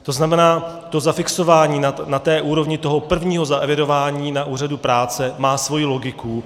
To znamená, že zafixování na úrovni prvního zaevidování na úřadu práce má svoji logiku.